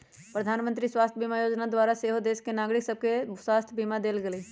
प्रधानमंत्री स्वास्थ्य बीमा जोजना द्वारा सेहो देश के नागरिक सभके स्वास्थ्य बीमा देल गेलइ